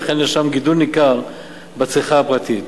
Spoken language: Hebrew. וכן נרשם גידול ניכר בצריכה הפרטית.